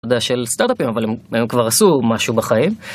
אתה יודע, של סטארטאפים, אבל הם כבר עשו משהו בחיים.